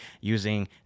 using